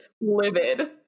livid